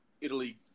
Italy